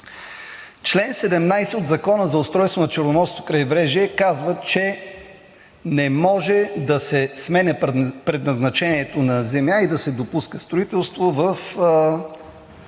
Член 17 от Закона за устройство на Черноморското крайбрежие казва, че не може да се сменя предназначението на земя и да се допуска строителство в